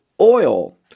oil